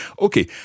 Okay